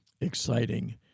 exciting